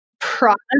product